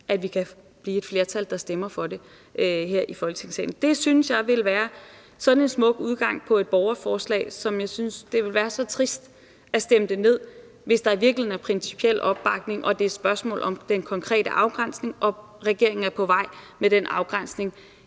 at vi kan få et flertal, der stemmer for det her i Folketingssalen. Det synes jeg ville være sådan en smuk udgang på et borgerforslag. Jeg synes, at det ville være så trist at stemme det ned, hvis der i virkeligheden er principiel opbakning til det, og at det er et spørgsmål om den konkrete afgrænsning. Hvis regeringen er på vej med den afgrænsning,